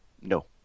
No